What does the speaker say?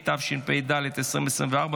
התשפ"ד 2024,